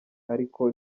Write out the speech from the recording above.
ariko